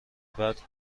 بعد